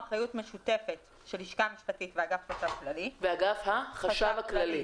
אחריות משותפת של הלשכה המשפטית ואגף החשב הכללי.